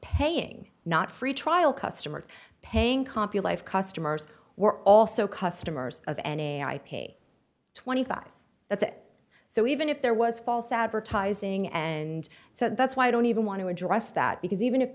paying not free trial customers paying compu life customers were also customers of any i paid twenty five that's it so even if there was false advertising and so that's why i don't even want to address that because even if